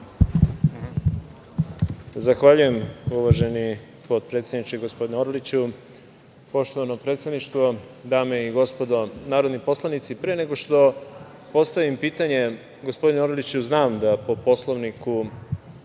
Zahvaljujem, uvaženi potpredsedniče, gospodine Orliću. Poštovano predsedništvo, dame i gospodo narodni poslanici, pre nego što postavim pitanje, gospodine Orliću, znam da po Poslovniku